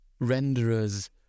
renderers